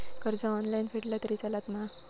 कर्ज ऑनलाइन फेडला तरी चलता मा?